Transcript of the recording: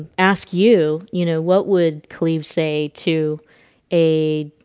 ask you, you know, what would cleave say to a